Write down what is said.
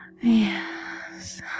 Yes